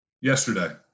Yesterday